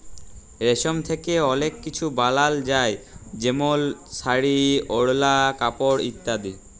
রেশম থ্যাকে অলেক কিছু বালাল যায় যেমল শাড়ি, ওড়লা, কাপড় ইত্যাদি